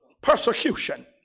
persecution